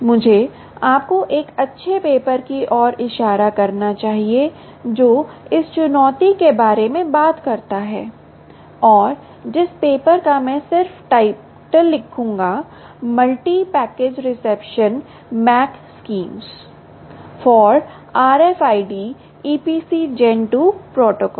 मुझे आपको एक अच्छे पेपर की ओर इशारा करना चाहिए जो इस चुनौती के बारे में बात करता है और जिस पेपर का मैं सिर्फ टाइटल लिखूंगा multi packet reception MAC schemes for RFID EPC Gen 2 protocol